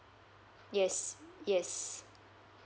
yes yes